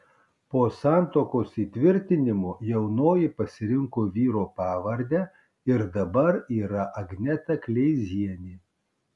po santuokos įtvirtinimo jaunoji pasirinko vyro pavardę ir dabar yra agneta kleizienė